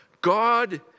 God